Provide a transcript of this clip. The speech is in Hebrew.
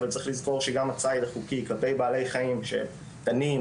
אבל צריך לזכור שגם הציד החוקי כלפי בעלי חיים כמו תנים,